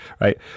right